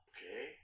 Okay